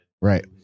Right